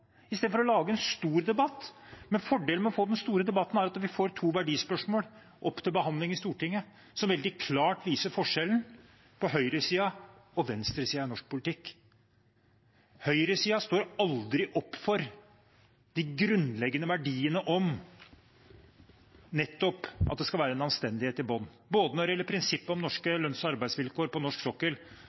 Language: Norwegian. istedenfor å lage en stor debatt? Fordelen med å få den store debatten er at vi får to verdispørsmål opp til behandling i Stortinget som veldig klart viser forskjellen på høyresiden og venstresiden i norsk politikk. Høyresiden står aldri opp for den grunnleggende verdien at det skal være en anstendighet i bunnen, både når det gjelder prinsippet om norske lønns- og arbeidsvilkår på norsk sokkel,